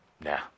nah